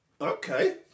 Okay